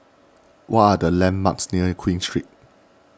what are the landmarks near Queen Street